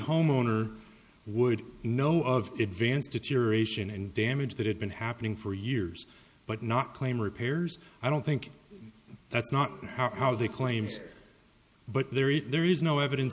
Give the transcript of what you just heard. homeowner would know of events deterioration and damage that had been happening for years but not claim repairs i don't think that's not how the claims but there is there is no evidence